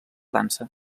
dansa